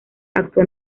actuó